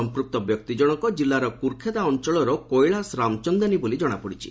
ସଂପୃକ୍ତ ବ୍ୟକ୍ତି ଜଣକ ଜିଲ୍ଲାର କୁରଖେଦା ଅଞ୍ଚଳର କେଳାସ ରାମଚନ୍ଦାନୀ ବୋଲି କଣାପଡ଼ିଛି